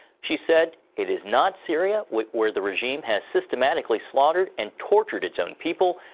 she said it is not syria, where the regime has systematically slaughtered and tortured its own people.